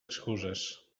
excuses